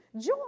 Joy